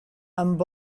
amb